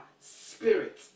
spirit